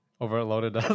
Overloaded